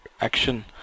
action